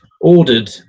ordered